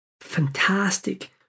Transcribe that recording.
fantastic